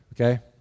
okay